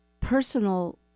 personal